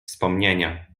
wspomnienia